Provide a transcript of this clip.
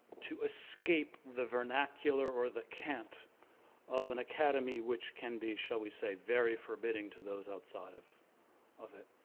to escape the vernacular or the cant of an academy which can be, shall we say very forbidding to those outside of of it.